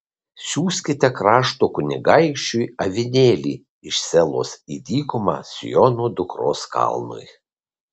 siųskite krašto kunigaikščiui avinėlį iš selos į dykumą siono dukros kalnui